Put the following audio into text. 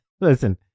listen